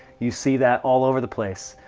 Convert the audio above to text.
you see that all over the place.